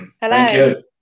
Hello